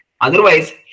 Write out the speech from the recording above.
Otherwise